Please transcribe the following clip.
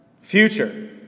future